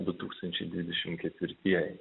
du tūkstančiai dvidešim ketvirtieji